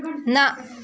نَہ